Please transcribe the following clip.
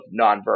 nonverbal